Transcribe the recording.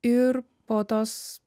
ir po tos